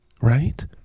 right